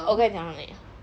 我刚才讲到哪里啊